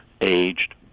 aged